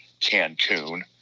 Cancun